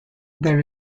there